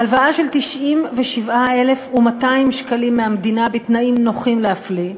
הלוואה של 97,200 שקלים מהמדינה בתנאים נוחים להפליא,